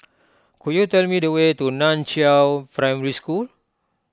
could you tell me the way to Nan Chiau Primary School